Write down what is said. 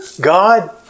God